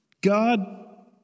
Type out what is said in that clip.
God